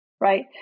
Right